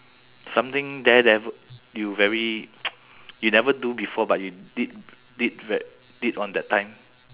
something daredevil you very you never do before but you did did v~ did on that time